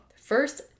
First